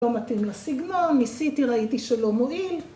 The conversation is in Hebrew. ‫לא מתאים לסגנון, ‫ניסיתי, ראיתי שלא מועיל.